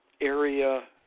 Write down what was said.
area